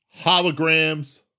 holograms